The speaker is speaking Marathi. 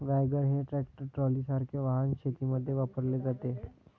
वॅगन हे ट्रॅक्टर ट्रॉलीसारखे वाहन शेतीमध्ये वापरले जाते